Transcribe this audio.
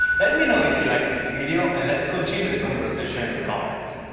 let me know if you like this video and let's continue the conversation in the comments.